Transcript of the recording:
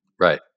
Right